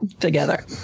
together